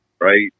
right